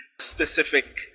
specific